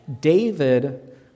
david